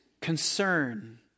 concern